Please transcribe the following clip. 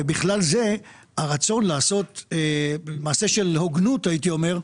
ובכלל זה הרצון לעשות מעשה של הוגנות הייתי אומר,